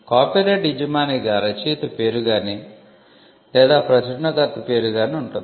copyright యజమానిగా రచయిత పేరు గానీ లేదా ప్రచురణకర్త పేరు గానీ ఉంటుంది